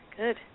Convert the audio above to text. Good